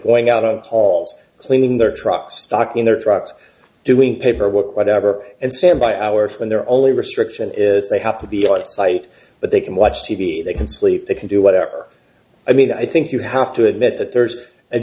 going out of halls cleaning their trucks stocking their trucks doing paperwork whatever and stand by hours when their only restriction is they have to be on a site but they can watch t v they can sleep they can do whatever i mean i think you have to admit that there's a